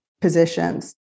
positions